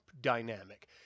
dynamic